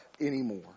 anymore